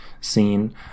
scene